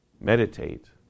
meditate